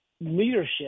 leadership